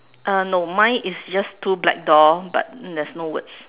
uh no mine is just two black door but there's no words